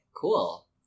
Cool